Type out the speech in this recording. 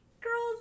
girls